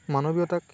মানৱীয়তাক